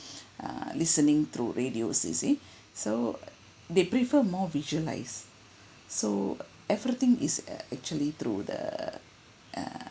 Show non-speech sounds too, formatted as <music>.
<breath> err listening through radios you see <breath> so they prefer more visualised so everything is uh actually through the err